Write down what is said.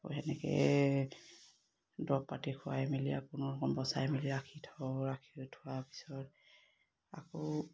আকৌ সেনেকে দৰৱ পাতি খুৱাই মেলি বচাই মেলি ৰাখি থওঁ ৰাখি থোৱাৰ পিছত আকৌ